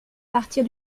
partir